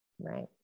Right